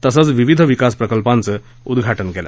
तसंच विविध विकासप्रकल्पांचं उद्घाटन केलं